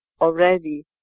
already